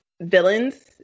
villains